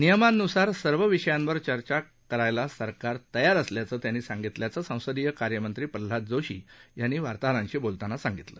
नियमांनुसार सर्व विषयांवर चर्चा करण्यास सरकार तयार असल्याचं त्यांनी सांगितल्याचं संसदीय कार्यमंत्री प्रल्हाद जोशी यांनी पत्रकारांशी बोलतांना सांगितलं